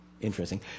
interesting